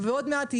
ועוד מעט,